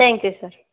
thank you sir